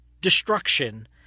destruction